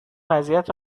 وضعیت